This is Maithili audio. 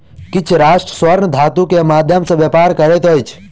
किछ राष्ट्र स्वर्ण धातु के माध्यम सॅ व्यापार करैत अछि